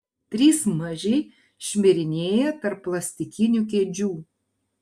trys mažiai šmirinėja tarp plastikinių kėdžių